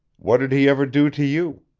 what did he ever do to you?